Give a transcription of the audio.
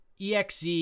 EXE